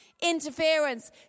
interference